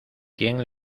quién